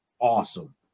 awesome